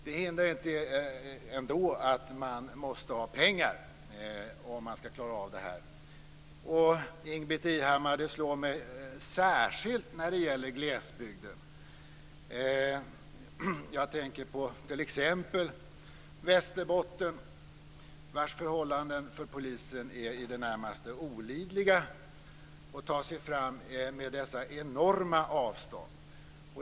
Det hindrar ändå inte att man måste ha pengar om man skall klara av detta. Det slår mig särskilt när det gäller glesbygden, Ingbritt Irhammar. Jag tänker på t.ex. Västerbotten, där förhållandena för polisen är i det närmaste olidliga. Det gäller att ta sig fram över dessa enorma avstånd.